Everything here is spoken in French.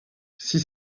six